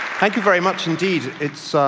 thank you very much indeed. it's